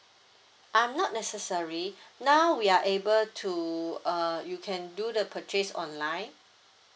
um not necessary now we are able to uh you can do the purchase online